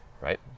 right